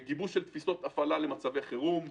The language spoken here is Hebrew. גיבוש תפיסות הפעלה למצבי חירום.